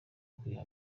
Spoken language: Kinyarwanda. kwiha